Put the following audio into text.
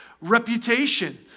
reputation